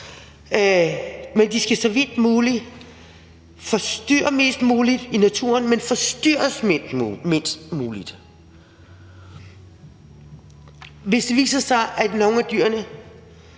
vand. De skal så vidt muligt forstyrre mest muligt i naturen, men forstyrres mindst muligt. Hvis det viser sig, at nogle af dyrene